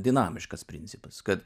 dinamiškas principas kad